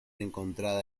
encontrada